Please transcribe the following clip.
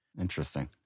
Interesting